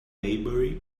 maybury